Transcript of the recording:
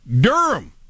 Durham